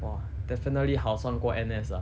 !wah! definitely 好赚过 N_S lah